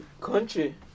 country